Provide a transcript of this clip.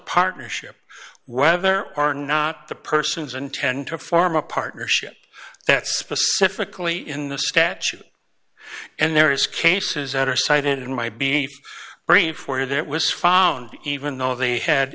partnership whether or not the persons intend to form a partnership that specifically in the statute and there is cases that are cited in my be brief where that was found even though they had